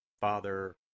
Father